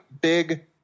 big –